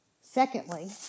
Secondly